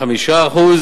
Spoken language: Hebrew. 5%,